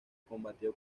combatió